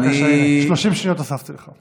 בבקשה, 30 שניות הוספתי לך.